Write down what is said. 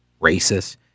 Racist